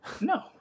No